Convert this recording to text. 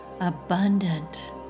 abundant